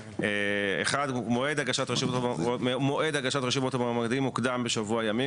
1. מועד הגשת רשימות המועמדים הוקדם בשבוע ימים,